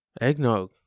Eggnog